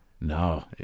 No